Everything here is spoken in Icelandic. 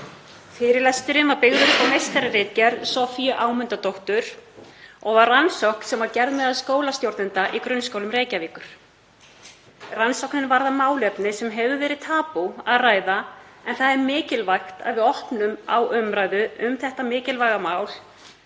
Fyrirlesturinn var byggður á meistararitgerð Soffíu Ámundadóttir og var rannsókn sem var gerð meðal skólastjórnenda í grunnskólum Reykjavíkur. Rannsóknin varðar málefni sem hefur verið tabú að ræða en það er mikilvægt að við opnum á umræðu um þetta mikilvæga mál